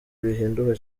bihinduka